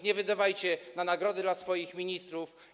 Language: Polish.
Nie wydawajcie na nagrody dla swoich ministrów.